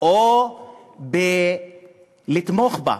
או בתמיכה בה.